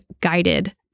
guided